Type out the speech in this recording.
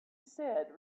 said